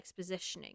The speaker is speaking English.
expositioning